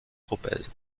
tropez